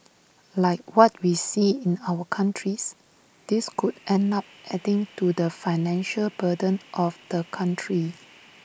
like what we see in other countries this could end up adding to the financial burden of the country